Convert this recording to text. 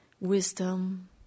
wisdom